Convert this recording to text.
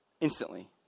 instantly